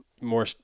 more